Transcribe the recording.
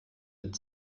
mit